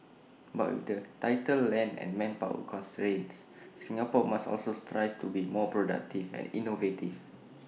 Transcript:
but with the tighter land and manpower constraints Singapore must also strive to be more productive and innovative